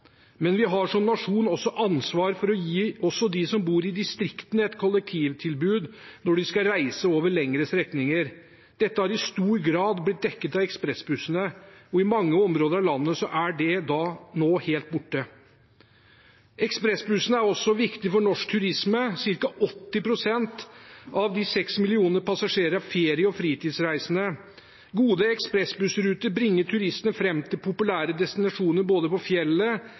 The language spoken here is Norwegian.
men vi har som nasjon ansvar for å gi også dem som bor i distriktene, et kollektivtilbud når de skal reise over lengre strekninger. Dette har i stor grad blitt dekket av ekspressbussene, og i mange områder av landet er det nå helt borte. Ekspressbussene er også viktige for norsk turisme. Cirka 80 pst. av de seks millioner passasjerene er ferie- og fritidsreisende. Gode ekspressbussruter bringer turistene fram til populære destinasjoner både på fjellet,